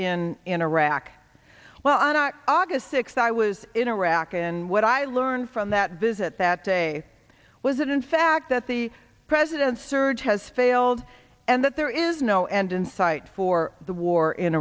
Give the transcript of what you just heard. in iraq well not august sixth i was in iraq and what i learned from that visit that day was that in fact that the president's surge has failed and that there is no end in sight for the war in